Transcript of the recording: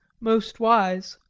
most wise.